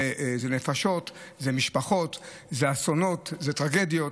זה נפשות, זה משפחות, זה אסונות, זה טרגדיות.